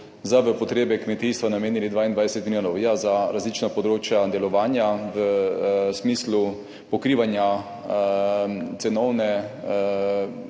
za potrebe kmetijstva namenili 22 milijonov. Ja, za različna področja delovanja v smislu pokrivanja cenovnega